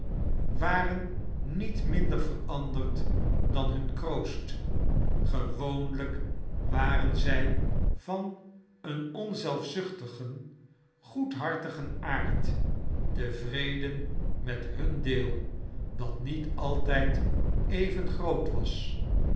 waren niet minder veranderd dan hun kroost gewoonlijk waren zij van een onzelfzuchtigen goedhartigen aard tevreden met hun deel dat niet altijd even groot was